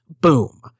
boom